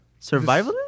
survivalist